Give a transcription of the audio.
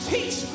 Teach